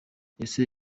ese